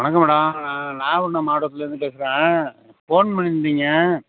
வணக்கம் மேடம் நான் நாகபட்டினம் மாவட்டத்திலேருந்து பேசுறேன் ஃபோன் பண்ணிருந்தீங்கள்